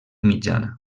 mitjana